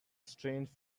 strange